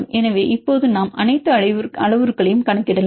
எனவே இப்போது நாம் அனைத்து அளவுருக்களையும் கணக்கிடலாம்